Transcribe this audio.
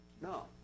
No